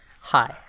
hi